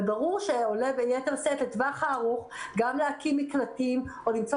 וברור שעולה ביתר שאת לטווח הארוך להקים מקלטים או למצוא